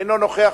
אינו נוכח,